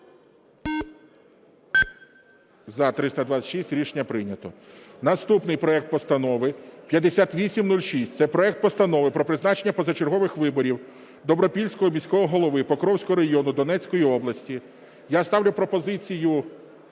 За-326 Рішення прийнято. Наступний проект Постанови 5806 – це проект Постанови про призначення позачергових виборів Добропільського міського голови Покровського району Донецької області. Я ставлю пропозицію